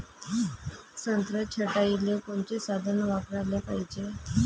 संत्रा छटाईले कोनचे साधन वापराले पाहिजे?